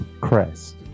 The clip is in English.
crest